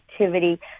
activity